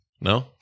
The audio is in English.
No